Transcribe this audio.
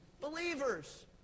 Believers